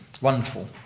Wonderful